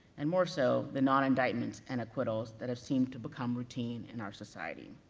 and more so, the non-indictments and acquittals that have seemed to become routine in our society.